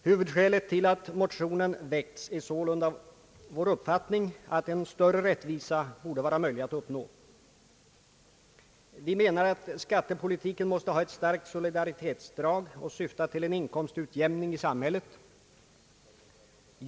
Huvudskälet till att motionerna har väckts är sålunda vår uppfattning, att en större rättvisa borde vara möjlig att uppnå. Vi menar att skattepolitiken måste ha ett starkt solidaritetsdrag och syfta till en inkomstutjämning i samhället.